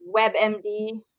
WebMD